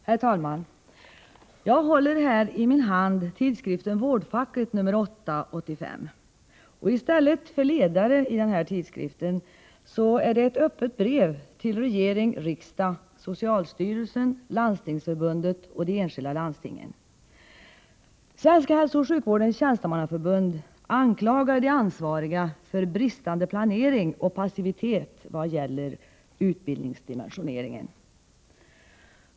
Herr talman! Jag håller i min hand tidskriften Vårdfacket, nr 8/1985. I stället för ledare finns i tidskriften ett öppet brev till regeringen, riksdagen, socialstyrelsen, Landstingsförbundet och de enskilda landstingen. Svenska hälsooch sjukvårdens tjänstemannaförbund anklagar de ansvariga för bristande planering och för passivitet i vad gäller utbildningsdimensioneringen.